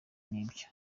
n’ibyo